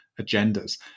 agendas